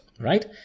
right